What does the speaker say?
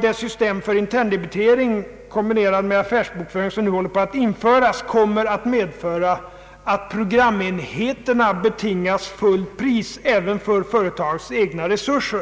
Det system för interndebitering, kombinerad med affärsbokföring, som nu håller på att införas kommer att medföra att programenheterna debiteras fullt pris även för företagets egna resurser.